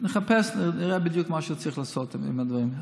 נחפש ונראה בדיוק מה צריך לעשות עם הדברים,